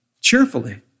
cheerfully